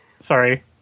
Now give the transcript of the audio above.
Sorry